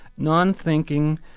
non-thinking